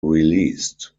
released